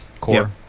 core